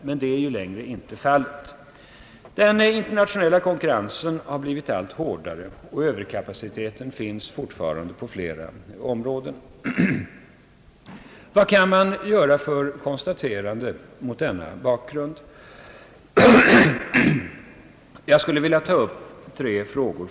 Men så är inte längre fallet. Den internationella konkurrensen har blivit allt hårdare. Överkapacitet finns nu på flera områden. Vilka konstateranden kan man göra mot denna bakgrund? Jag skulle först vilja ta upp tre frågor.